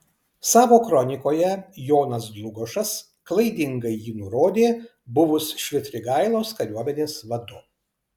savo kronikoje jonas dlugošas klaidingai jį nurodė buvus švitrigailos kariuomenės vadu